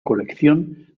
colección